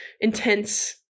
intense